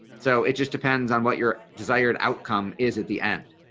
so it just depends on what your desired outcome is at the end.